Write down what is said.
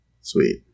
sweet